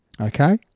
Okay